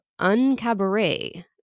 UnCabaret